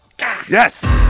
Yes